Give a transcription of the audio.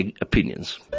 opinions